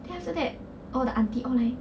then after that all the auntie all 来